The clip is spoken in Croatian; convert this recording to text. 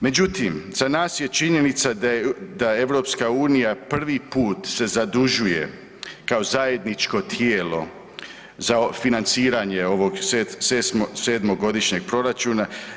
Međutim, za nas je činjenica da EU prvi put se zadužuje kao zajedničko tijelo za financiranje ovog sedmogodišnjeg proračuna.